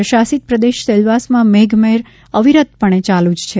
કેન્દ્રશાસિત પ્રદેશ સેલવાસમાં મેઘ મહેર અવિરતપણે ચાલુ જ છે